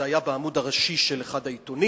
זה היה בעמוד הראשי של אחד העיתונים,